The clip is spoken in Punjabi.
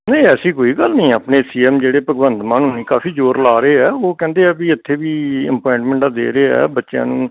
ਨਹੀਂ ਐਸੀ ਕੋਈ ਗੱਲ ਨਹੀਂ ਆਪਣੇ ਸੀ ਐੱਮ ਜਿਹੜੇ ਭਗਵੰਤ ਮਾਨ ਹੁਣੀ ਕਾਫ਼ੀ ਜ਼ੋਰ ਲਾ ਰਹੇ ਆ ਉਹ ਕਹਿੰਦੇ ਆ ਵੀ ਇੱਥੇ ਵੀ ਅਪੁਆਇੰਟਮੈਂਟਾਂ ਦੇ ਰਹੇ ਹਾਂ ਬੱਚਿਆਂ ਨੂੰ